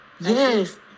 Yes